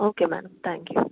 okay madam thank you